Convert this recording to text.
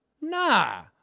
Nah